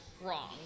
wrong